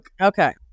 Okay